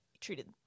treated